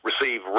receive